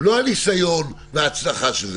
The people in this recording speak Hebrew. לא הניסיון וההצלחה של זה.